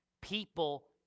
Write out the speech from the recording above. people